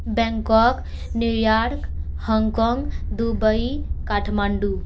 Bangkok New York Hong Kong Dubai Kathmandu